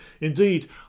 Indeed